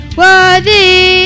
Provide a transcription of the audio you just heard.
worthy